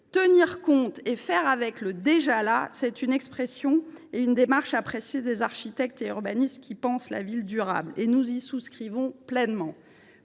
Tenir compte du déjà là, faire avec le déjà là : ces expressions et démarches sont appréciées des architectes et urbanistes qui pensent la ville durable. Nous y souscrivons pleinement.